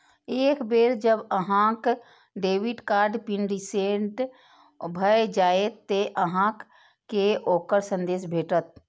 एक बेर जब अहांक डेबिट कार्ड पिन रीसेट भए जाएत, ते अहांक कें ओकर संदेश भेटत